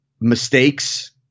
mistakes